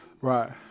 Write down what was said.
Right